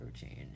change